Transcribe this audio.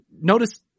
notice